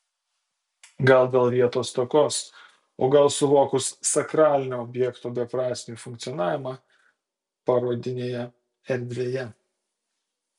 gal dėl vietos stokos o gal suvokus sakralinio objekto beprasmį funkcionavimą parodinėje erdvėje